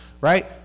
right